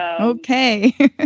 okay